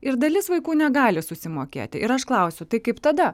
ir dalis vaikų negali susimokėti ir aš klausiu tai kaip tada